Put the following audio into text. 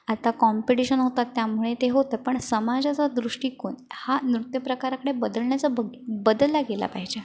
आता कॉम्पिटीशन होतात त्यामुळे ते होतं पण समाजाचा दृष्टिकोन हा नृत्यप्रकाराकडे बदलण्याचा बदलला गेला पाहिजे